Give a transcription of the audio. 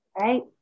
Right